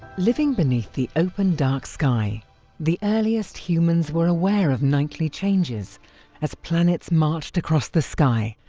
living beneath the open dark sky the earliest humans were aware of nightly changes as planets marched across the sky,